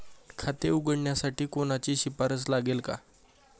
खाते उघडण्यासाठी कोणाची शिफारस लागेल का?